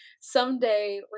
someday